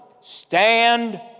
stand